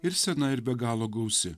ir sena ir be galo gausi